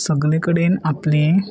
सगले कडेन आपले